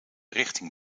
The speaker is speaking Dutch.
richting